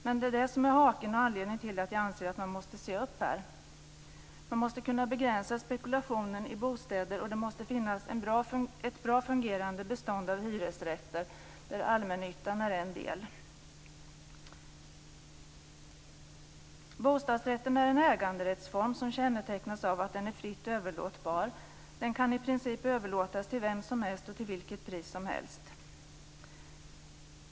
Men det är detta som är haken och det som är anledningen till att jag anser att man måste se upp här. Man måste kunna begränsa spekulationen i bostäder, och det måste finnas ett bra fungerande bestånd av hyresrätter där allmännyttan är en del. Bostadsrätten är en äganderättsform som kännetecknas av att den är fritt överlåtbar. Den kan i princip överlåtas till vem som helst och till vilket pris som helst.